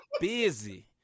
busy